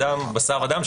אדם בשר ודם,